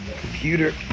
computer